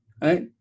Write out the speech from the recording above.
right